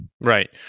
Right